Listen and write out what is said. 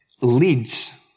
leads